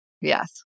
Yes